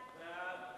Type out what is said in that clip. בעד?